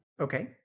Okay